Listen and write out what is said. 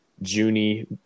Junie